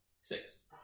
Six